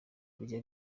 kurya